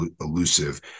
elusive